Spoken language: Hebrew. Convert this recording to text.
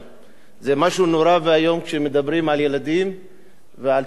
זה משהו נורא ואיום כשמדברים על ילדים ועל תינוקות,